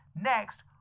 Next